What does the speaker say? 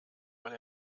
weil